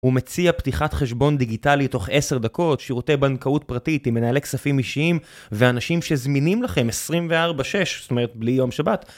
הוא מציע פתיחת חשבון דיגיטלי תוך 10 דקות, שירותי בנקאות פרטית עם מנהלי כספים אישיים, ואנשים שזמינים לכם, 24-6, זאת אומרת בלי יום שבת.